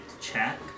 check